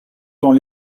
temps